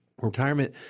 Retirement